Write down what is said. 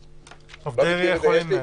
עובדי עירייה יכולים.